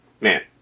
man